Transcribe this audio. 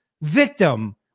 victim